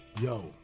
yo